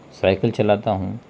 cycle چلاتا ہوں